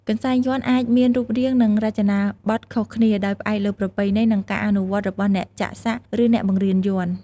កន្សែងយ័ន្តអាចមានរូបរាងនិងរចនាប័ទ្មខុសគ្នា ដោយផ្អែកលើប្រពៃណី និងការអនុវត្តន៍របស់អ្នកចាក់សាក់ ឬអ្នកបង្រៀនយ័ន្ត។